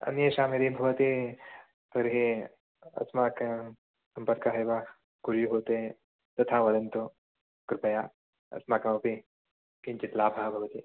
अन्येषां यदि भवति तर्हि अस्माकं सम्पर्कः एव कुर्युः ते तथा वदन्तु कृपया अस्माकमपि किञ्चित् लाभः भवति